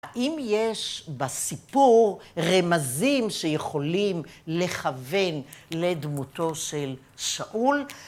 ‫האם יש בסיפור רמזים שיכולים ‫לכוון לדמותו של שאול?